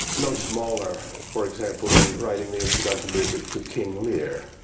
no smaller for example, than writing the incidental music to king lear.